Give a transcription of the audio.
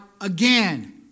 again